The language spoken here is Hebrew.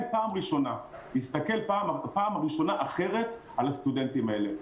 פעם ראשונה יסתכל אחרת על הסטודנטים האלה.